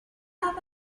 have